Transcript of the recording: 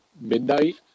midnight